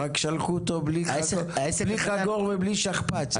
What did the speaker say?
רק ששלחו אותו בלי חגור ובלי שכפ"ץ.